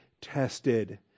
tested